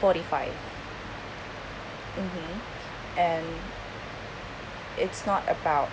forty five mmhmm and it's not about